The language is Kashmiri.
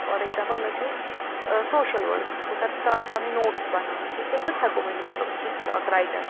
فار اٮ۪گزامپٕل مےٚ چھُ سوشل ؤرک بہٕ کرٕ سِٹاٹ پنٕنۍ نوٹٕس بناوٕنۍ ٹھیٖک چھَا سُہ تہِ ہٮ۪کو ؤنِتھ مطلب سُہ تہِ چھُ اکھ رایٹر